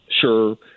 sure